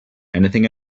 anything